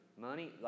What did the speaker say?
Money